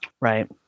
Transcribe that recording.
right